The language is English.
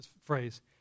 phrase